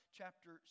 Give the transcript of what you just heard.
chapter